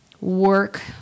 work